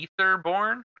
Etherborn